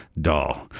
doll